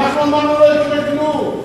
אנחנו אמרנו לא יקרה כלום.